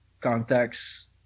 contacts